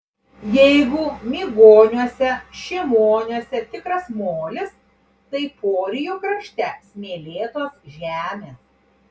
jeigu migoniuose šimoniuose tikras molis tai porijų krašte smėlėtos žemės